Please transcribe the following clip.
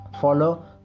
Follow